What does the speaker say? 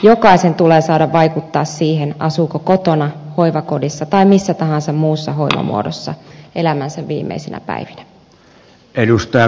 jokaisen tulee saada vaikuttaa siihen asuuko kotona hoivakodissa tai missä tahansa muussa hoivamuodossa elämänsä viimeisinä päivinä